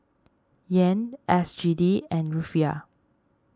Yen S G D and Rufiyaa